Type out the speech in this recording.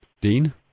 Dean